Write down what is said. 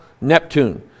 Neptune